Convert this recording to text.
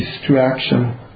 distraction